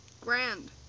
Grand